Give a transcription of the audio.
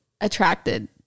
attracted